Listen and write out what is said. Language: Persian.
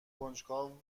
کنجکاو